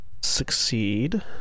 succeed